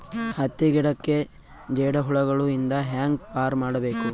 ಹತ್ತಿ ಗಿಡಕ್ಕೆ ಜೇಡ ಹುಳಗಳು ಇಂದ ಹ್ಯಾಂಗ್ ಪಾರ್ ಮಾಡಬೇಕು?